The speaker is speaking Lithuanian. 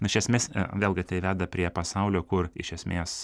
iš esmės vėlgi tai veda prie pasaulio kur iš esmės